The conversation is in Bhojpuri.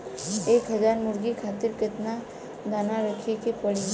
एक हज़ार मुर्गी खातिर केतना दाना रखे के पड़ी?